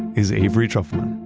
is avery trufleman